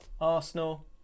Arsenal